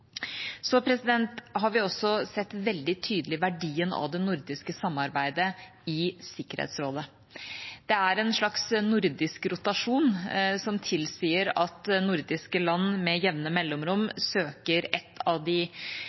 har også sett veldig tydelig verdien av det nordiske samarbeidet i Sikkerhetsrådet. Det er en slags nordisk rotasjon som tilsier at nordiske land med jevne mellomrom søker en av de